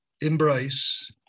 Embrace